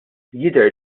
jidher